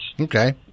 Okay